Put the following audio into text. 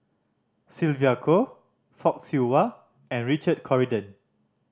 Sylvia Kho Fock Siew Wah and Richard Corridon